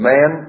Man